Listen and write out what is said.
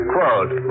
Quote